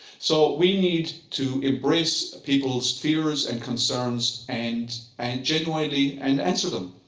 so we need to embrace people's fears and concerns and and genuinely, and answer them.